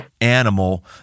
animal